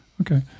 Okay